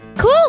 Cool